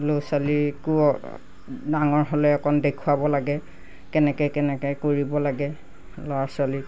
ল'ৰা ছোৱালীকো ডাঙৰ হ'লে অকণ দেখুৱাব লাগে কেনেকৈ কেনেকৈ কৰিব লাগে ল'ৰা ছোৱালীক